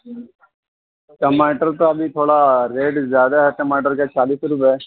ٹماٹر تو ابھی تھوڑا ریٹ زیادہ ہے ٹماٹر کا چالیس روپے ہے